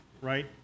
right